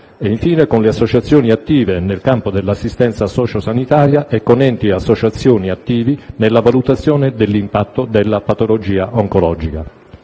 e infine con le associazioni attive nel campo dell'assistenza sociosanitaria e con enti e associazioni attivi nella valutazione dell'impatto della patologia oncologica.